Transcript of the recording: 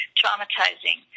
traumatizing